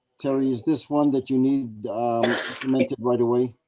terry, is this one that you need to make it right away?